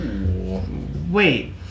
Wait